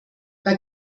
bei